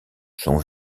sont